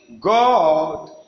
God